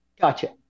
Gotcha